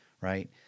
right